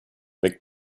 weg